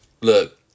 Look